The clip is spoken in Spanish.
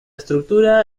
estructura